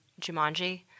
jumanji